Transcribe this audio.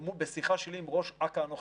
בשיחה שלי עם ראש אכ"א הנוכחי.